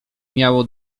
miało